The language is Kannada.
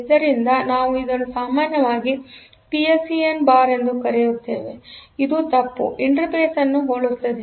ಆದ್ದರಿಂದ ನಾವು ಇದನ್ನು ಸಾಮಾನ್ಯವಾಗಿ ಪಿಎಸ್ಇಎನ್ ಬಾರ್ ಎಂದು ಕರೆಯುತ್ತೇವೆ ಇದು ತಪ್ಪು ಇಂಟರ್ಫೇಸ್ ಅನ್ನು ಹೋಲುತ್ತದೆ